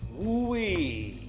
louie.